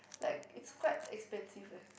like it's quite expensive leh